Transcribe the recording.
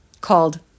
called